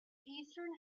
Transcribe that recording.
eastern